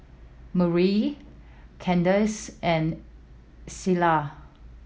Murray Kandice and Selah